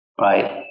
right